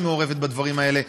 שמעורבת בדברים האלה.